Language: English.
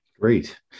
Great